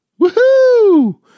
Woohoo